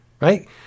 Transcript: Right